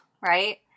Right